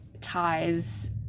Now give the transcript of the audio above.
ties